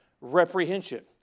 reprehension